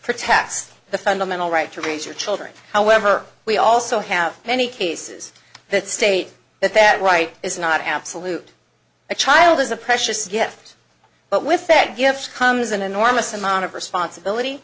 protects the fundamental right to reach your children however we also have many cases that state that that right is not absolute the child is a precious gift but with that gift comes an enormous amount of responsibility